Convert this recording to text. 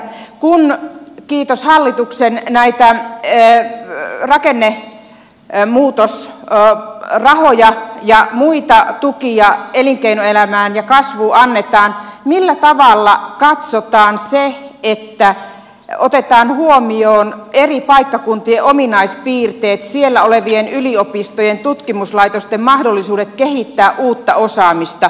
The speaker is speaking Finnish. kun kiitos hallituksen näitä rakennemuutosrahoja ja muita tukia elinkeinoelämään ja kasvuun annetaan millä tavalla näet syöpään syö eikä se otetaan huomioon eri paikkakuntien ominaispiirteet siellä olevien yliopistojen tutkimuslaitosten mahdollisuudet kehittää uutta osaamista